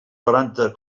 noranta